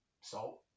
salt